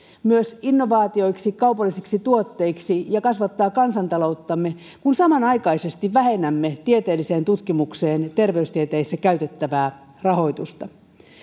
myös innovaatioiksi kaupallisiksi tuotteiksi ja kasvattaa kansantalouttamme kun samanaikaisesti vähennämme tieteelliseen tutkimukseen terveystieteissä käytettävää rahoitusta